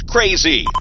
Crazy